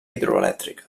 hidroelèctrica